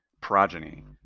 progeny